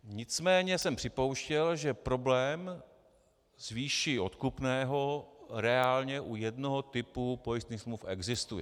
Nicméně jsem připouštěl, že problém s výší odkupného reálně u jednoho typu pojistných smluv existuje.